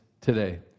today